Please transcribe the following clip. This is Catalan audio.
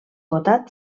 formen